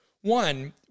One